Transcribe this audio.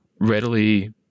readily